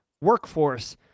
workforce